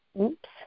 Oops